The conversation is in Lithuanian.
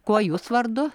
kuo jūs vardu